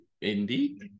Indeed